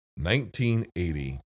1980